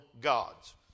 gods